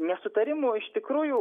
nesutarimų iš tikrųjų